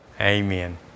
Amen